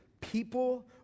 people